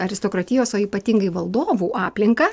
aristokratijos o ypatingai valdovų aplinką